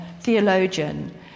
theologian